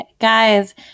guys